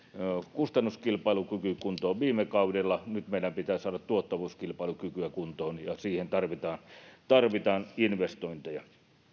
kustannuskilpailukyvyn kuntoon viime kaudella nyt meidän pitää saada tuottavuuskilpailukykyä kuntoon ja siihen tarvitaan tarvitaan investointeja